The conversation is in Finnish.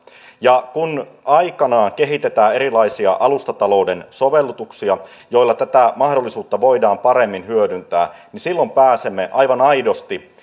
kun aikanaan kehitetään erilaisia alustatalouden sovellutuksia joilla tätä mahdollisuutta voidaan paremmin hyödyntää niin silloin pääsemme aivan aidosti